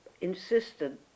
insisted